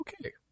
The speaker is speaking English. okay